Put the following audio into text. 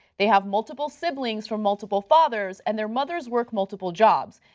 they have multiple siblings for multiple fathers and their mothers work multiple jobs.